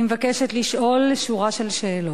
אני מבקשת לשאול שורה של שאלות: